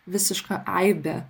visiška aibė